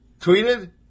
tweeted